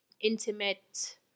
intimate